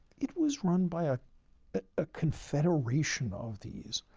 it was run by ah a confederation of these.